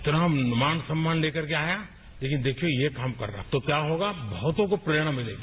इतना मान सम्माहन ले करके आया लेकिन देखिए ये काम कर रहा है तो क्या होगा बहुतों को प्रेरणा मिलेगी